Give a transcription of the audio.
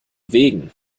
wegen